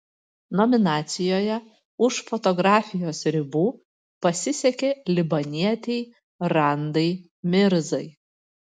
nominacijoje už fotografijos ribų pasisekė libanietei randai mirzai